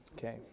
Okay